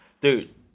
dude